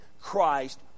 Christ